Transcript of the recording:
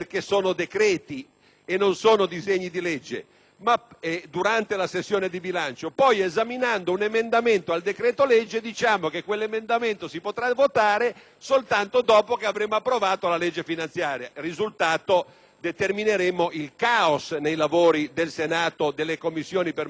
e non sono disegni di legge, durante la sessione di bilancio, ma poi, esaminando un emendamento al decreto-legge, diciamo che quell'emendamento si potrà votare soltanto dopo che avremo approvato la legge finanziaria, con il risultato di determinare il caos nei lavori del Senato, sia nelle Commissioni permanenti che in Aula.